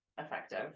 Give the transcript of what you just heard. effective